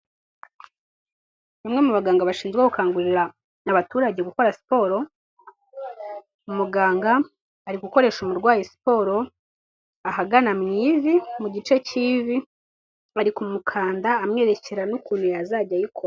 Umwe mu baganga bashinzwe gukangurira abaturage gukora siporo, umuganga ari gukoresha umurwayi siporo ahagana mu ivi mu gice k'ivi, ari kumukanda amwerekera n'ukuntu yazajya ayikora.